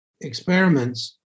experiments